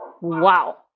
Wow